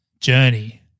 journey